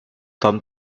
tom